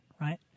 right